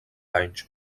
anys